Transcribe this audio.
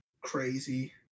crazy